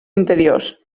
interiors